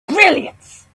brilliance